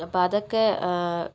അപ്പം അതൊക്കെ